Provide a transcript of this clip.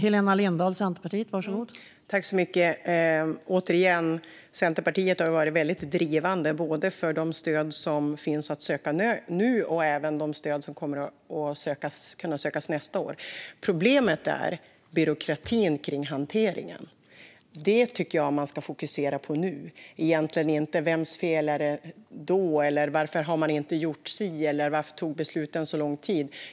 Fru talman! Återigen: Centerpartiet har varit väldigt drivande både för de stöd som finns att söka nu och för de stöd som kommer att kunna sökas nästa år. Problemet är byråkratin kring hanteringen. Detta tycker jag att man ska fokusera på nu, egentligen inte på vems fel det var, varför man inte har gjort si eller så eller varför besluten tog så lång tid.